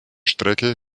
strecke